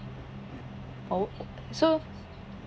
oh so